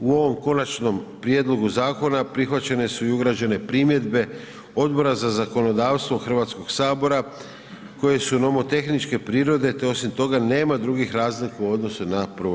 U ovom konačnom prijedlogu zakona prihvaćene su i ugrađene primjedbe Odbora za zakonodavstvo Hrvatskog sabor koje su nomotehničke prirode te osim toga nema drugih razlika u odnosu na prvo